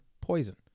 Poison